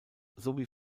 sowie